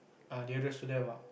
ah nearest to them ah